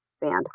band